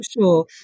sure